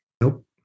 Nope